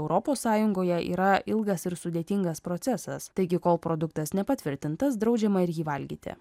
europos sąjungoje yra ilgas ir sudėtingas procesas taigi kol produktas nepatvirtintas draudžiama ir jį valgyti